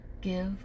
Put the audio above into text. give